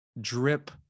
drip